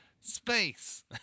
Space